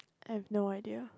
I have no idea